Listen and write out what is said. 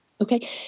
okay